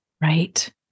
Right